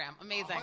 amazing